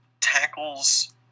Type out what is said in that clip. tackles